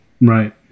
Right